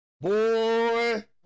Boy